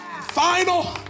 final